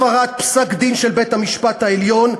הפרת פסק-דין של בית-המשפט העליון,